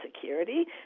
Security